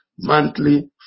monthly